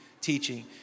teaching